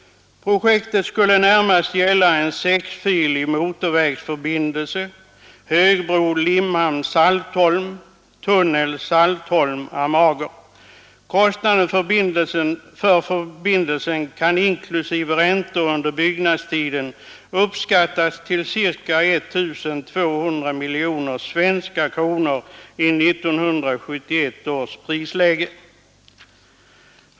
Projektet skulle närmast gälla en sexfilig motorvägsförbindelse — hög bro Limhamn—Saltholm, tunnel Saltholm— Amager. Kostnaden för förbindelsen kan — inklusive räntor under byggnadstiden — uppskattas till ca 1 200 miljoner svenska kronor i 1971 års prisläge.